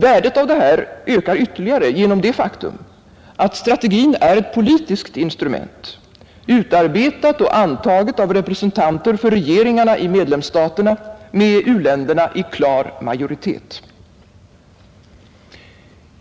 Värdet i detta ökar ytterligare genom det faktum att strategin är ett politiskt instrument, utarbetat och antaget av representanter för regeringarna i medlemsstaterna, med u-länderna i klar majoritet.